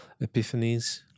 epiphanies